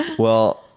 well,